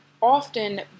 often